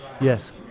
Yes